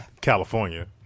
California